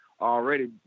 Already